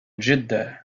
جدا